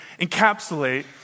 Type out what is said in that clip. encapsulate